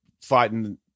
fighting